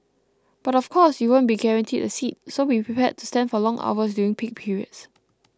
but of course you won't be guaranteed a seat so be prepared to stand for long hours during peak periods